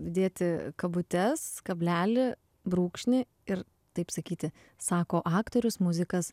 dėti kabutes kablelį brūkšnį ir taip sakyti sako aktorius muzikas